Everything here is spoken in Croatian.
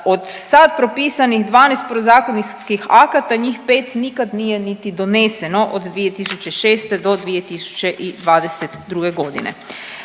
od sad propisanih 12 podzakonskih akata njih 5 nikad nije niti doneseno od 2006. do 2022. godine.